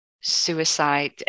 suicide